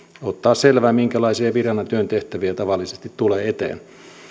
ottaa selvää minkälaisia viran ja työn tehtäviä tavallisesti tulee eteen